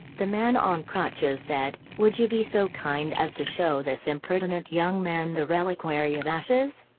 the man on crutches said, would you be so kind as to show this impertinent young man the reliquary of ashes?